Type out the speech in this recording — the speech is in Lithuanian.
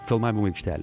filmavimo aikštelę